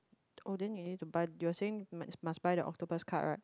oh then you need to buy you were saying must must buy the octopus card right